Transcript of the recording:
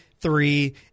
three